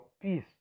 peace